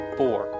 four